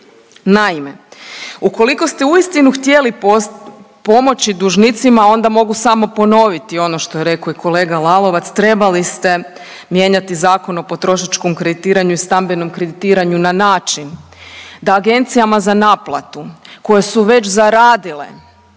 Naime, ukoliko ste uistinu htjeli pomoći dužnicima onda mogu samo ponoviti ono što je rekao i kolega Lalovac, trebali ste mijenjati Zakon o potrošačkom kreditiranju i stambenom kreditiranju na način da agencijama za naplatu koje su već zaradile